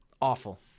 awful